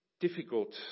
difficult